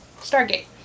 Stargate